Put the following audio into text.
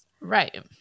Right